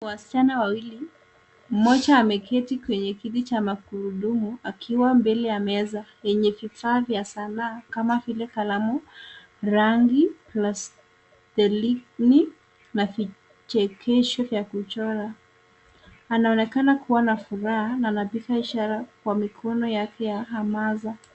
Wasichana wawili, mmoja ameketi kwenye kiti cha magurudumu akiwa mbele ya meza yenye vifaa vya sanaa kama vile kalamu, rangi, plastiki na kichekesho vya kuchora. Anaonekana kuwa na furaha na anapiga ishara kwa mikono yake ya hamaza.